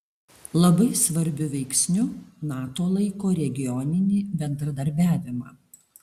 labai svarbiu veiksniu nato laiko regioninį bendradarbiavimą